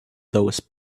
those